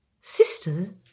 sisters